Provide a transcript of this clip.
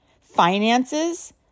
finances